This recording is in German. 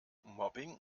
mobbing